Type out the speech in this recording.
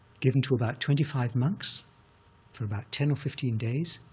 given to about twenty five monks for about ten or fifteen days,